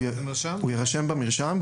הוא יירשם במרשם.